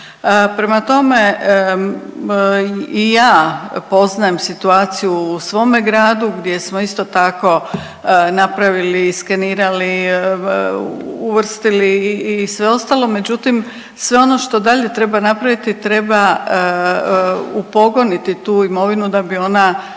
Prema tome, i ja poznajem situaciju u svome gradu gdje smo isto tako napravili i skenirali, uvrstili i sve ostalo, međutim sve ono što dalje treba napraviti treba upogoniti tu imovinu da bi ona